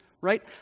right